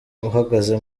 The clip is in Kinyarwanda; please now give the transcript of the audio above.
uhagaze